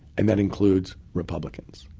and that includes republicans.